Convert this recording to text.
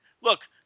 look